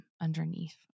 Underneath